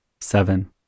seven